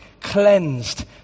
cleansed